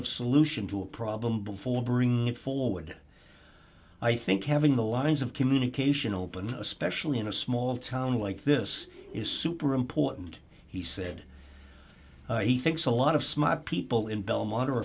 of solution to a problem before bringing it forward i think having the lines of communication open especially in a small town like this is super important he said he thinks a lot of smart people in belmont are